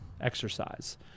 exercise